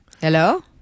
Hello